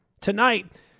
Tonight